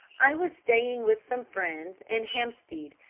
i was staying with some friends in hampstead,